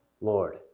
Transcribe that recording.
Lord